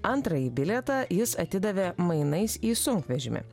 antrąjį bilietą jis atidavė mainais į sunkvežimį